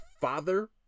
father